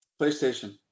PlayStation